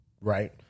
right